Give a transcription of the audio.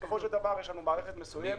בסופו של דבר, יש לנו מערכת מסוימת.